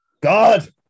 God